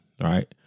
right